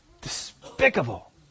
Despicable